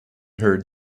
heard